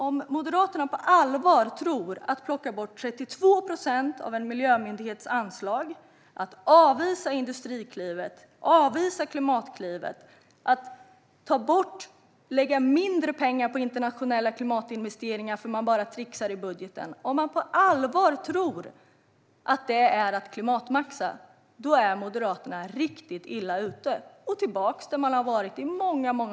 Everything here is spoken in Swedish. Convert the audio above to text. Om Moderaterna på allvar tror att klimatmaxa är att plocka bort 32 procent av anslaget till en miljömyndighet, att avvisa Industriklivet och Klimatklivet och att lägga mindre pengar på internationella klimatinvesteringar eftersom man trixar i budgeten är de riktigt illa ute och tillbaka där de har varit i många år.